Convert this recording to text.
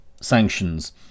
sanctions